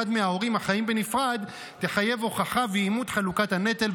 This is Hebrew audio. מההורים החיים בנפרד תחייב הוכחה ואימות של חלוקת הנטל,